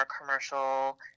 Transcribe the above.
commercial